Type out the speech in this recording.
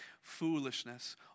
foolishness